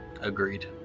Agreed